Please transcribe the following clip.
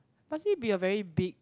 must it be a very big